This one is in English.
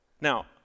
Now